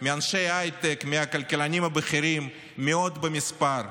מאנשי הייטק, מהכלכלנים הבכירים, מאות במספר,